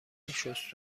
شست